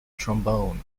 trombone